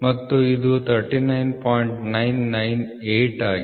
998 ಆಗಿದೆ